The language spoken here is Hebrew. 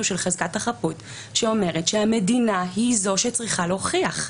של חזקת החפות שאומרת שהמדינה היא זו שצריכה להוכיח.